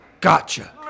Gotcha